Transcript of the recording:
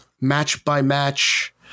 match-by-match